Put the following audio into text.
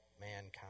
mankind